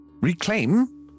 reclaim